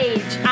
Age